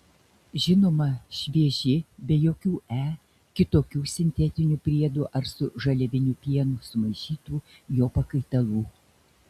žinoma švieži be jokių e kitokių sintetinių priedų ar su žaliaviniu pienu sumaišytų jo pakaitalų